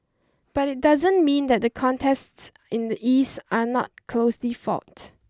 but it doesn't mean that the contests in the East are not closely fought